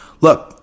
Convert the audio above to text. look